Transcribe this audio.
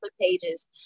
pages